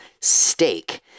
steak